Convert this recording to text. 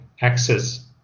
access